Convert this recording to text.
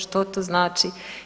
Što to znači?